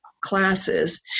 Classes